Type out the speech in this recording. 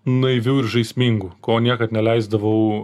naiviu ir žaismingu ko niekad neleisdavau